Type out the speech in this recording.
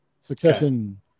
Succession